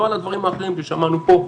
לא על הדברים האחרים ששמענו פה.